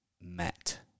met